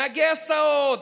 נהגי הסעות,